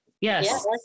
Yes